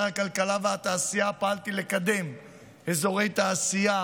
הכלכלה והתעשייה פעלתי לקדם אזורי תעשייה